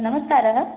नमस्कारः